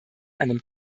einem